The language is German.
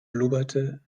blubberte